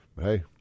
Hey